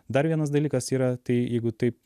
dar vienas dalykas yra tai jeigu taip